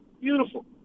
Beautiful